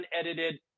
unedited